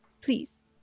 please